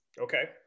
Okay